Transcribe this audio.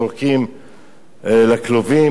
זורקים לכלבים.